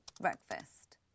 breakfast